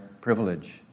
privilege